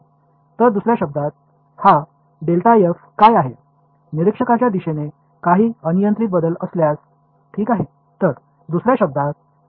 வேறு வார்த்தைகளில் கூற வேண்டுமானால் இந்த டெல்டா f என்றால் என்ன அப்ஸர்வர் திசையில் ஏதேனும் தன்னிச்சையான மாற்றம் இருக்கின்றதா என்பதை அறிய வேண்டும்